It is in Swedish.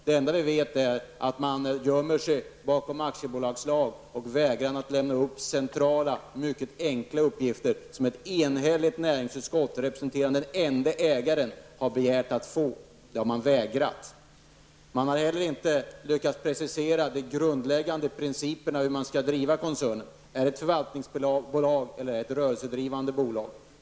Det enda vi vet är att man gömmer sig bakom aktiebolagslagen. Centrala, mycket enkla uppgifter som ett enhälligt näringsutskott, representerande den ende ägaren, har begärt att få, har man vägrat att lämna ut. Man har heller inte lyckats precisera de grundläggande principerna för hur man skall driva koncernen. Är det ett förvaltningsbolag eller ett rörelsedrivande bolag?